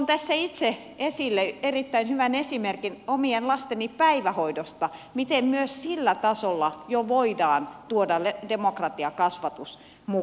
tuon tässä itse esille erittäin hyvän esimerkin omien lasteni päivähoidosta miten myös sillä tasolla jo voidaan tuoda demokratiakasvatus mukaan